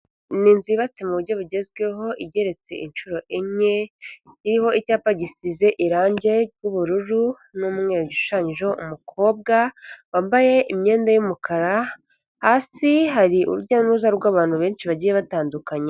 Ni inzu yubatse mu buryo bugezweho igeretse inshuro enye, iriho icyapa gisize irange ry'ubururu n'umweru ishushanyijeho umukobwa wambaye imyenda y'umukara, hasi hari urujya n'uruza rw'abantu benshi bagiye batandukanye.